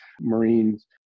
Marines